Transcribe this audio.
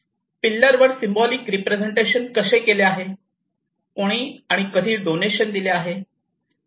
pillar वर symbolic representation कसे केले आहे कोणी आणि कधी डोनेशन दिले आहे